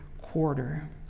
quarter